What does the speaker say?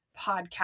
podcast